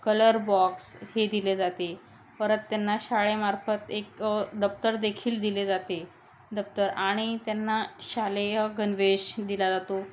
colour box हे दिले जाते परत त्यांना शाळेमार्फत एक दप्तरदेखील दिले जाते दप्तर आणि त्यांना शालेय गणवेश दिला जातो